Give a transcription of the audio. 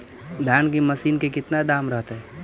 धान की मशीन के कितना दाम रहतय?